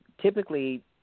typically